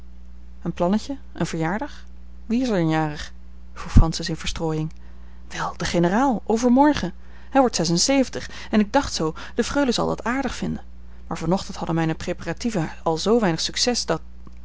een plannetje een verjaardag wie is er dan jarig vroeg francis in verstrooiing wel de generaal overmorgen hij wordt zes en zeventig en ik dacht zoo de freule zal dat aardig vinden maar van ochtend hadden mijne preparatieven al zoo weinig succes dat